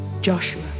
Joshua